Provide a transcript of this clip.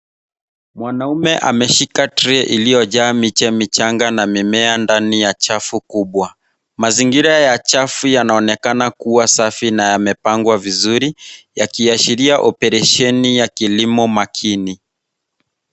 Mwanmke ameshika tray iliyojaa miche michanga na mimea ndani ya chafu kubwa. Mazingira ya chafu yanaonekana kuwa safi na yamepangwa vizuri yakiashiria operesheni ya kilimo makini..